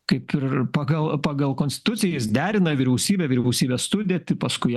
kaip ir pagal pagal konstituciją jis derina vyriausybę vyriausybės sudėtį paskui ją